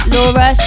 Laura